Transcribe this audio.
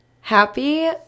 Happy